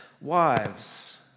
Wives